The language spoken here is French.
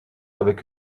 avec